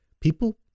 People